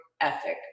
ethic